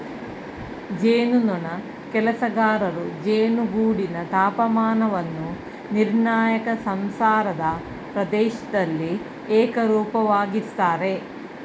ಜೇನುನೊಣ ಕೆಲಸಗಾರರು ಜೇನುಗೂಡಿನ ತಾಪಮಾನವನ್ನು ನಿರ್ಣಾಯಕ ಸಂಸಾರದ ಪ್ರದೇಶ್ದಲ್ಲಿ ಏಕರೂಪವಾಗಿಸ್ತರೆ